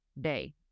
day